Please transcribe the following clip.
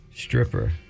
Stripper